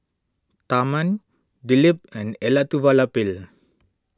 Tharman Dilip and Elattuvalapil